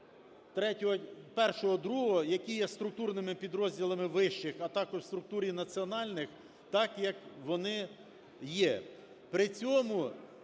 закладів І-ІІ, які є структурними підрозділами вищих, а також в структурі національних, так, як вони є.